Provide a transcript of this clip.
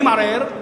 אני מערער,